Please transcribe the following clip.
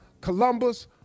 Columbus